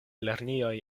lernejoj